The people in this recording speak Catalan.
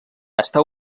està